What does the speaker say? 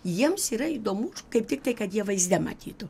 jiems yra įdomu kaip tiktai kad jie vaizde matytų